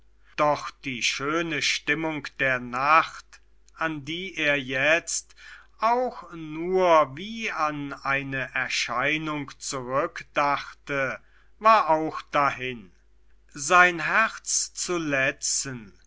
doch die schöne stimmung der nacht an die er jetzt auch nur wie an eine erscheinung zurückdachte war auch dahin sein herz zu letzen